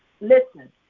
Listen